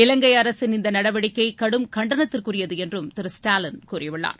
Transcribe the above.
இவங்கை அரசின் இந்த நடவடிக்கை கடும் கண்டனத்திற்குரியது என்றும் திரு ஸ்டாலின் கூறியுள்ளார்